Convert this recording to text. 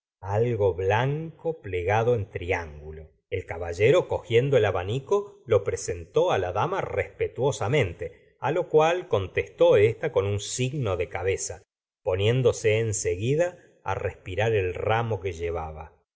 algo blanco plegado en triángulo el caballero cogiendo el abanico lo presentó la dama respetuosamente lo cual contestó ésta con un signo de cabeza poniéndose en seguida respirar el ramo que llevaba